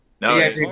No